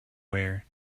wear